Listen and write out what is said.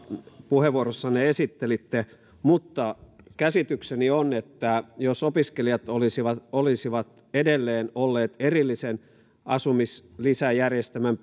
puheenvuorossanne esittelitte mutta käsitykseni on että jos opiskelijat olisivat olisivat edelleen olleet erillisen asumislisäjärjestelmän